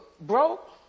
broke